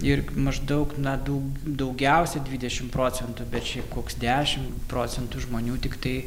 ir maždaug na daug daugiausia dvidešimt procentų bet šiaip koks dešimt procentų žmonių tiktai